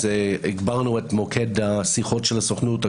הגברנו את מוקד השיחות של הסוכנות,